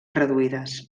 reduïdes